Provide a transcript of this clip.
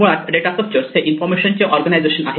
मुळात data structure हे information चे ऑर्गनायझेशन आहे